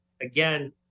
again